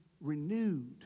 renewed